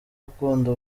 ukunda